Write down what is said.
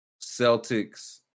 Celtics